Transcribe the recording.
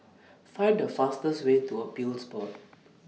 Find The fastest Way to Appeals Board